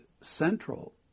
central